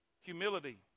humility